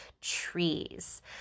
trees